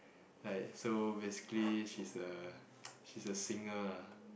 like so basically she's a she's a singer lah